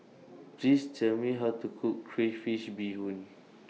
Please Tell Me How to Cook Crayfish Beehoon